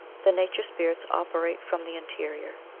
the nature spirits operate from the interior,